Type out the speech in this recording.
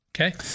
Okay